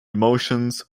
emotions